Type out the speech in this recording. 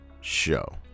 show